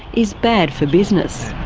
is bad for business.